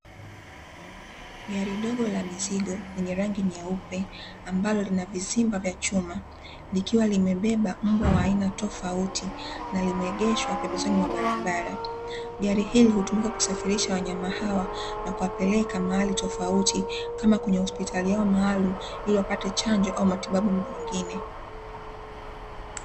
Gari dogo la mizigo lenye rangi nyeupe ambalo lina vizimba vya chuma, likiwa limebeba mbwa wa aina tofauti na limeegeshwa pembezoni mwa barabara. Gari hili hutumika kusafirisha wanyama hawa na kuwapeleka mahali tofauti kama kwenye hospitali yao maalumu ili wapate chanjo au matibabu mengine.